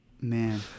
Man